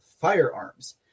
firearms